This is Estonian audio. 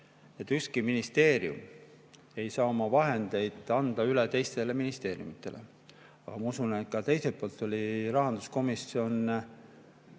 ükski ministeerium ei saa oma vahendeid anda üle teistele ministeeriumidele. Ma usun, et teiselt poolt tuli rahanduskomisjon